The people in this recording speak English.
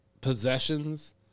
possessions